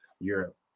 Europe